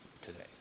today